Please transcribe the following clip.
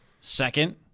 Second